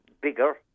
bigger